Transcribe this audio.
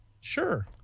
Sure